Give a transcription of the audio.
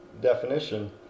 definition